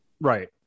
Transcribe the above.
right